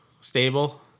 stable